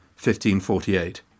1548